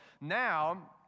now